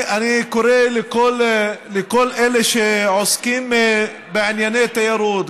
אני קורא לכל אלה שעוסקים בענייני תיירות,